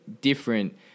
different